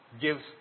gives